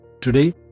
Today